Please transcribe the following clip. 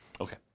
Okay